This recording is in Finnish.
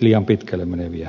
liian pitkälle meneviä johtopäätöksiä